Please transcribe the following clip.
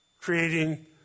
creating